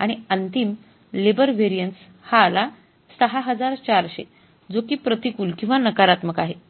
आणि अंतिम labour variance हा आला ६४०० जो कि प्रतिकूल किंवा नकारात्मक आहे